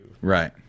Right